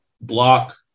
block